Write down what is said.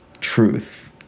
truth